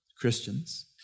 Christians